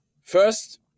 First